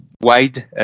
wide